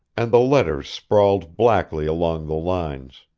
and the letters sprawled blackly along the lines.